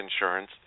insurance